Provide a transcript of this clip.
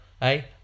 Hey